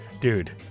Dude